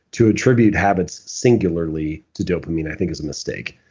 to attribute habits singularly to dopamine i think is a mistake.